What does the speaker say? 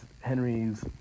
Henry's